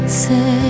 say